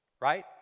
Right